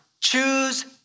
choose